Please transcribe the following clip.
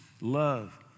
love